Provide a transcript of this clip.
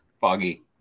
foggy